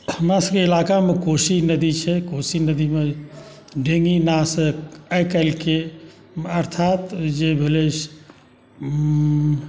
अपना सभके इलाकामे कोशी नदी छै कोशी नदी मे डेंगी नावसँ आई काल्हिके अर्थात जे भेलै